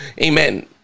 Amen